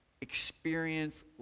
experience